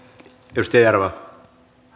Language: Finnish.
arvoisa